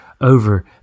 over